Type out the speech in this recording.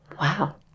Wow